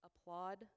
applaud